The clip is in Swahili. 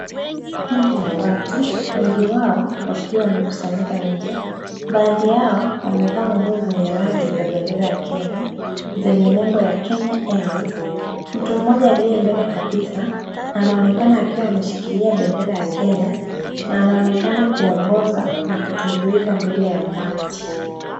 Kundi la watu, wengi wao wakiwa wamekusanyika nje. Baadhi yao wamevaa nguo zenye rangi za bendera ya Kenya, zenye nembo ya Kenya Airways. Mtu mmoja aliye mbele kabisa, anaonekana ameshikilia bendera ya Kenya na anaonekana kuongoza na kutumbuiza mbele ya umati.